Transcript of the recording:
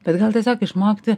bet gal tiesiog išmokti